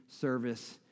service